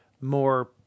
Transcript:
more